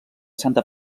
santa